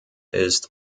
ist